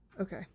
Okay